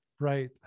Right